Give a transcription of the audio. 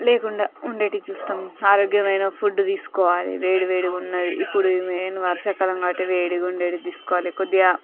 లేకుండా ఉండేటట్టు చూస్తాం ఆరోగ్యమైన ఫుడ్ తీసుకోవాలి వేడివేడిగా ఉన్నది ఇప్పడు మెయిన్ వర్షాకాలం కాబట్టి వేడిగా ఉండేది తీసుకోవాలి కొద్దిగా